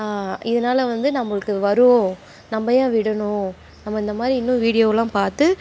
இதனால் வந்து நம்மளுக்கு வரும் நம்ம ஏன் விடணும் நம்ம இந்த மாதிரி இன்னும் வீடியோயெல்லாம் பார்த்து